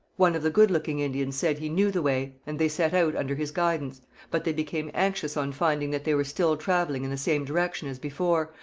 one of the good-looking indians said he knew the way, and they set out under his guidance but they became anxious on finding that they were still travelling in the same direction as before,